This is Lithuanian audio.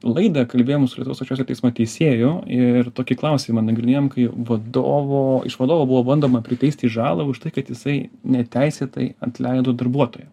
laidą kalbėjom su lietuvos aukščiausio teismo teisėju ir tokį klausimą nagrinėjom kai vadovo iš vadovo buvo bandoma priteisti žalą už tai kad jisai neteisėtai atleido darbuotoją